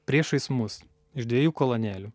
priešais mus iš dviejų kolonėlių